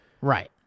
Right